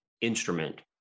instrument